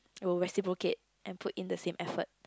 I will reciprocate and put in the same effort